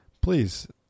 please